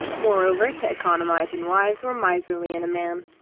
moreover, to economize in wives were miserly in a man.